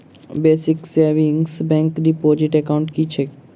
Basic savings bank deposit account की छैक?